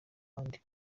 bandi